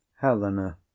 helena